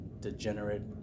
degenerate